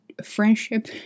friendship